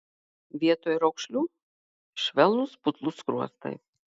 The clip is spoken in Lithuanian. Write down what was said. vietoj raukšlių švelnūs putlūs skruostai